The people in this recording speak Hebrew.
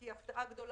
נכון,